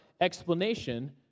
explanation